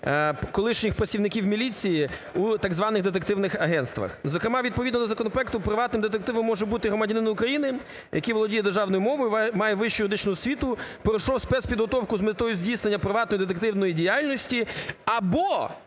колишніх працівників міліції у так званих детективних агентствах. Зокрема, відповідно до законопроекту, приватним детективом може бути громадянин України, який володіє державною мовою, має вищу юридичну освіту, пройшов спецпідготовку з метою здійснення приватної детективної діяльності або